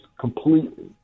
completely